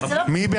תמשיך, בבקשה.